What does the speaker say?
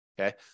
Okay